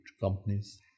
companies